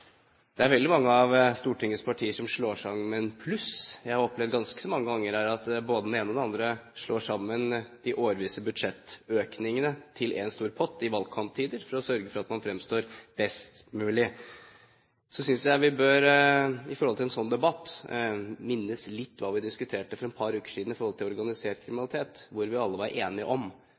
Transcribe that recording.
Det er veldig mange av Stortingets partier som slår sammen plusser. Jeg har opplevd ganske mange ganger her at både den ene og den andre slår sammen de årvisse budsjettøkningene til en stor pott i valgkamptider for å sørge for at man fremstår best mulig. Så synes jeg at vi i en sånn debatt bør minnes litt hva vi diskuterte for et par uker siden om organisert kriminalitet, hvor vi alle var enige om